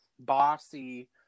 bossy